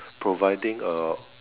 providing a